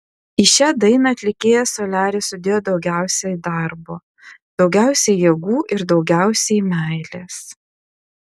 į šią dainą atlikėjas soliaris sudėjo daugiausiai darbo daugiausiai jėgų ir daugiausiai meilės